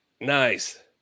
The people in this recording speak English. nice